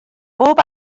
bob